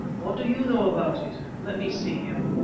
what do you know about it? let me see him.